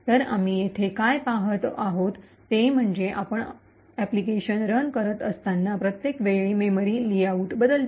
तर आम्ही येथे काय पाहतो ते म्हणजे आपण अनुप्रयोग रन करत असताना प्रत्येक वेळी मेमरी लेआउट बदलतो